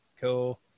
cool